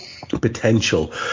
Potential